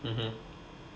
mm hmm